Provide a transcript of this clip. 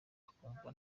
bakumva